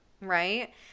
right